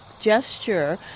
gesture